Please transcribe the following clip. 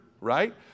right